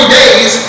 days